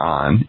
on